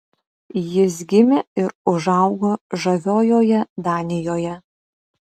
jis gimė ir užaugo žaviojoje danijoje